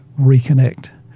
reconnect